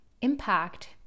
impact